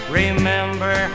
remember